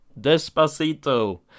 Despacito